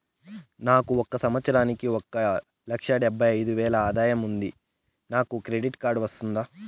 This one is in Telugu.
నాకు ఒక సంవత్సరానికి ఒక లక్ష డెబ్బై అయిదు వేలు ఆదాయం ఉంది నాకు క్రెడిట్ కార్డు వస్తుందా?